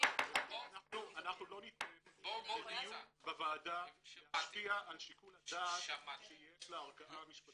אנחנו לא ניתן שדיון בוועדה ישפיע על שיקול הדעת שיש לערכאה משפטית.